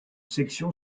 section